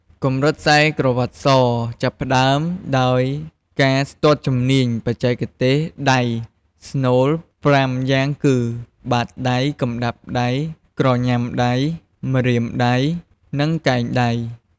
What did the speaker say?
កម្រិតខ្សែក្រវ៉ាត់ស ចាប់ផ្តើមដោយការស្ទាត់ជំនាញ បច្ចេកទេសដៃស្នូលប្រាំយ៉ាងគឹ បាតដៃ កណ្តាប់ដៃ ក្រញាំដៃ ម្រាមដៃ និងកែងដៃ។